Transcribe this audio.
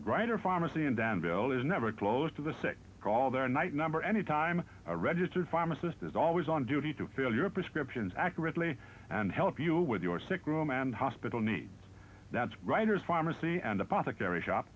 writer pharmacy in danville is never close to the sick call their night number anytime a registered pharmacist is always on duty to fill your prescriptions accurately and help you with your sick room and hospital needs that's writers pharmacy and apothecary shop